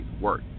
work